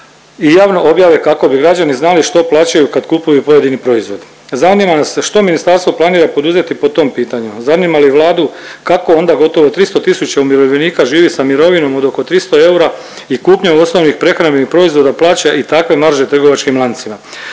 i javno objave kako bi građani znali što plaćaju kad kupuju pojedini proizvod. Zanima nas što ministarstvo planira poduzeti po tom pitanju, zanima li Vladu kako onda gotovo 300 tisuća umirovljenika živi sa mirovinom od oko 300 eura i kupnjom osnovnih prehrambenih proizvoda, plaća i takve marže trgovačkim lancima?